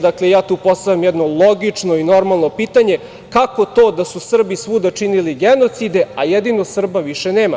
Dakle, ja tu postavljam jedno logično i normalno pitanje – kako to da su Srbi svuda činili genocide, a jedino Srba više nema?